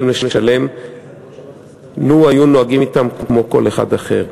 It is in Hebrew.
לשלם אילו היו נוהגים אתם כמו עם כל אחד אחר.